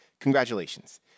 Congratulations